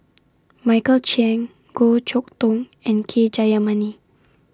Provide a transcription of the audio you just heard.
Michael Chiang Goh Chok Tong and K Jayamani